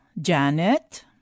Janet